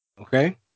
Okay